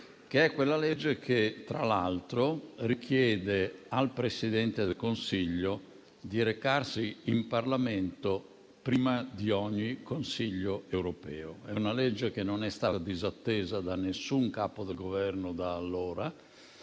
2012 - legge che, tra l'altro, richiede al Presidente del Consiglio di recarsi in Parlamento prima di ogni Consiglio europeo. È una legge che da allora non è stata disattesa da alcun Capo del Governo e che